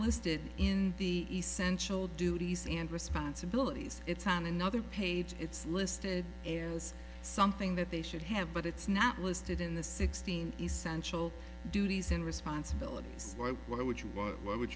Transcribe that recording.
listed in the essential duties and responsibilities it's on another page it's listed is something that they should have but it's not listed in the sixteen essential duties and responsibilities what would you what would